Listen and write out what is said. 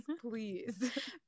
please